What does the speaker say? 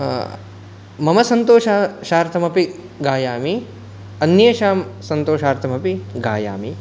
मम सन्तो षार्थम् अपि गायामि अन्येषां सन्तोषार्थमपि गायामि